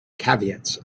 caveats